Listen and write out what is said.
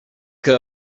què